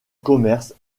commerce